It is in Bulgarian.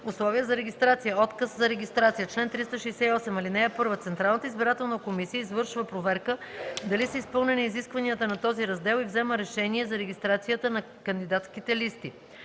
„Условия за регистрация. Отказ за регистрация Чл. 321. (1) Централната избирателна комисия извършва проверка дали са изпълнени изискванията на този раздел и взема решение за регистрацията на кандидатските листи.